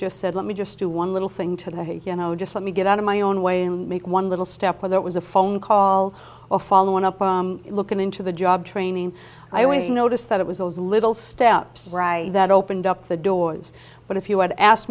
just said let me just do one little thing to the you know just let me get out of my own way and make one little step with it was a phone call or following up on looking into the job training i always noticed that it was those little steps that opened up the doors but if you had asked